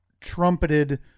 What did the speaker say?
trumpeted